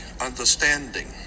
understanding